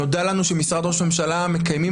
נודע לנו שמשרד ראש הממשלה מקיימים